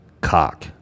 cock